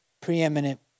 preeminent